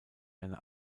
eine